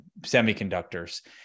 semiconductors